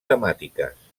temàtiques